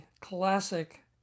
classic